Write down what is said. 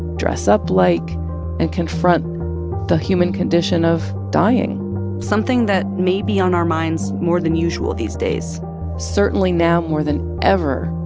dress up like and confront the human condition of dying something that may be on our minds more than usual these days certainly now more than ever,